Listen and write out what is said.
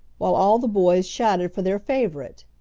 while all the boys shouted for their favorite.